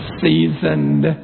seasoned